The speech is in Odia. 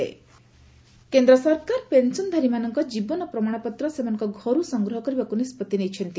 ସେଣ୍ଟର ପେନ୍ସନର୍ କେନ୍ଦ୍ର ସରକାର ପେନ୍ସନ୍ଧାରୀମାନଙ୍କ ଜୀବନ ପ୍ରମାଣପତ୍ର ସେମାନଙ୍କ ଘରୁ ସଂଗ୍ରହ କରିବାକୁ ନିଷ୍ପତ୍ତି ନେଇଛନ୍ତି